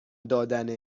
دادن